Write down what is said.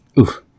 Oof